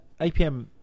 APM